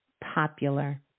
popular